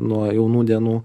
nuo jaunų dienų